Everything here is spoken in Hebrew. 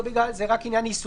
זה רק עניין ניסוחי,